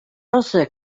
also